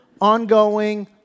ongoing